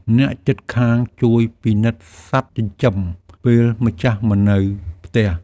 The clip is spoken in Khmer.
អ្នកជិតខាងជួយពិនិត្យសត្វចិញ្ចឹមពេលម្ចាស់មិននៅផ្ទះ។